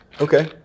Okay